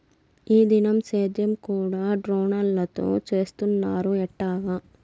ఈ దినం సేద్యం కూడ డ్రోన్లతో చేస్తున్నారు ఎట్టాగా